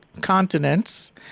continents